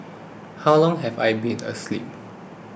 how long have I been asleep